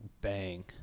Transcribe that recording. bang